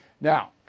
Now